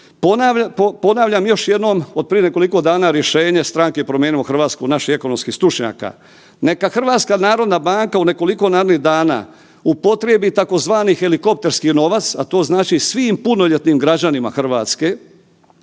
ponavljam još jednom od prije nekoliko dana rješenje Stranke Promijenimo Hrvatsku, naših ekonomskih stručnjaka, neka HNB u nekoliko narednih dana upotrebi tzv. helikopterski novac, a to znači svim punoljetnim građanima RH,